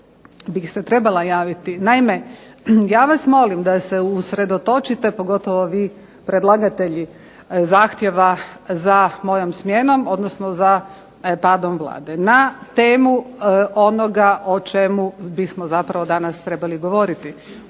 bih se trebala javiti. Naime, ja vas molim da se usredotočite, pogotovo vi predlagatelji zahtjeva za mojom smjenom odnosno za padom Vlade, na temu onoga o čemu bismo zapravo danas trebali govoriti.